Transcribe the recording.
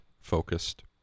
focused